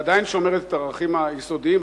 ועדיין שומרת את הערכים היסודיים